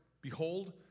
Behold